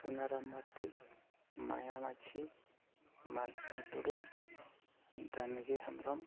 Sunaram Mardi Maya Majhi Mansingh Tudu Dangi Hembrom